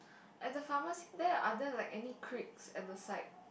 at the pharmacy there are there like any creeks at the side